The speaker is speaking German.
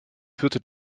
führte